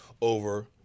over